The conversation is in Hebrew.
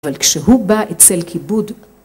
אבל כשהוא בא אצל כיבוד